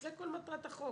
זו כל מטרת החוק.